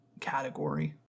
category